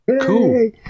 cool